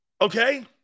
Okay